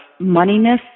moneyness